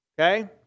Okay